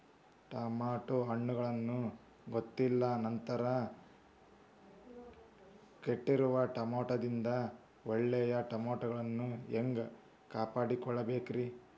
Tomato ಹಣ್ಣುಗಳನ್ನ ಗೊತ್ತಿಲ್ಲ ನಂತರ ಕೆಟ್ಟಿರುವ ಟಮಾಟೊದಿಂದ ಒಳ್ಳೆಯ ಟಮಾಟೊಗಳನ್ನು ಹ್ಯಾಂಗ ಕಾಪಾಡಿಕೊಳ್ಳಬೇಕರೇ?